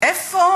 איפה